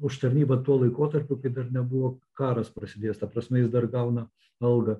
už tarnybą tuo laikotarpiu kai dar nebuvo karas prasidėjęs ta prasme jis dar gauna algą